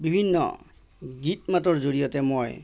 বিভিন্ন গীত মাতৰ জৰিয়তে মই